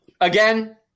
Again